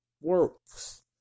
works